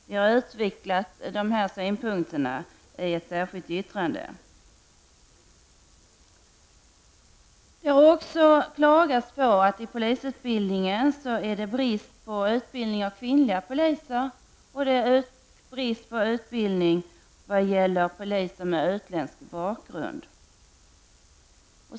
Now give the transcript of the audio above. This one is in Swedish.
Jag har utvecklat dessa synpunkter i ett särskilt yttrande. Det har också klagats på att det inom polisutbildningen råder brist på utbildning av kvinnliga poliser och en brist på utbildning av poliser med utländsk bakgrund.